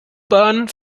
bahn